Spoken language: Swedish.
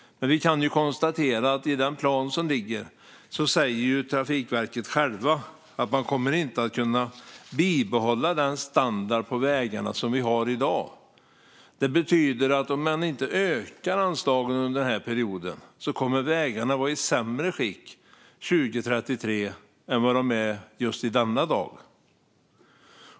Men vi kan konstatera att Trafikverket själva i den plan som ligger säger att de inte kommer att kunna bibehålla den standard på vägarna som råder i dag. Om man inte ökar anslagen under den här perioden kommer vägarna alltså att vara i sämre skick 2033 än vad de är i dag.